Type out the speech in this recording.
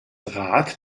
rad